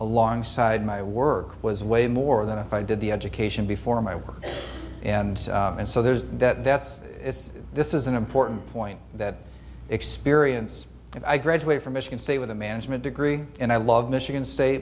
alongside my work was way more than if i did the education before my work and and so there's that that's this is an important point that experience i graduate from michigan state with a management degree and i love michigan state